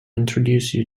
introduce